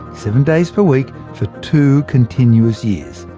seven days per week, for two continuous years.